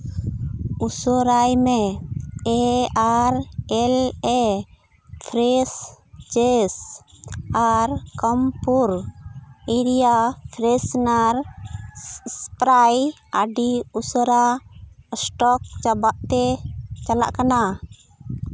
ᱩᱥᱟᱹᱨᱟᱭ ᱢᱮ ᱮ ᱟᱨ ᱮᱞ ᱮ ᱯᱷᱨᱮᱥ ᱪᱮᱡ ᱟᱨ ᱠᱚᱢᱯᱩᱨ ᱮᱨᱤᱭᱟ ᱯᱷᱨᱮᱥᱱᱟᱨ ᱮᱥᱯᱨᱟᱭ ᱟᱹᱰᱤ ᱩᱥᱟᱹᱨᱟ ᱥᱴᱚᱠ ᱪᱟᱵᱟᱜ ᱛᱮ ᱪᱟᱞᱟᱜ ᱠᱟᱱᱟ